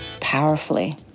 powerfully